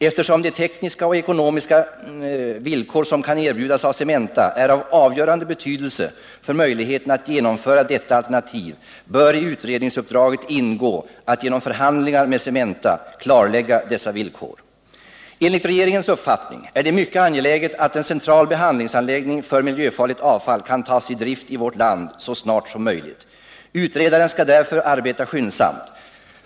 Eftersom de tekniska och ekonomiska villkor som kan erbjudas av Cementa är av avgörande betydelse för möjligheterna att genomföra detta alternativ, bör i utredningsuppdraget ingå att genom förhandlingar med Cementa klarlägga dessa villkor. Enligt regeringens uppfattning är det mycket angeläget att en central behandlingsanläggning för miljöfarligt avfall kan tas i drift i vårt land så snart som möjligt. Utredaren skall därför arbeta skyndsamt.